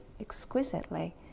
exquisitely